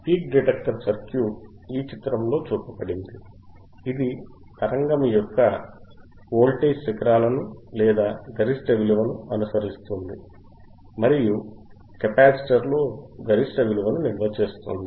peak detector circuit ఈ చిత్రంలో చూపబడింది ఇది తరంగము యొక్క వోల్టేజ్ శిఖరాలను లేదా గరిష్ట విలువను అనుసరిస్తుంది మరియు కెపాసిటర్లో గరిష్ట విలువను నిల్వ చేస్తుంది